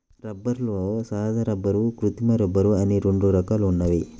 రబ్బరులో సహజ రబ్బరు, కృత్రిమ రబ్బరు అని రెండు రకాలు ఉన్నాయి